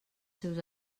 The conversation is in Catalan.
seus